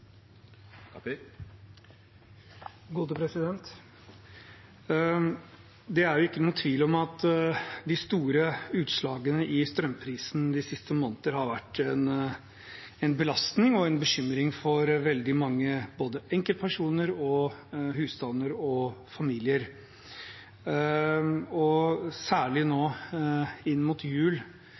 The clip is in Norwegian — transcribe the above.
Det er ikke noen tvil om at de store utslagene i strømprisen de siste månedene har vært en belastning og en bekymring for veldig mange, både enkeltpersoner, husstander og familier. Særlig nå inn mot jul